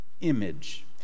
image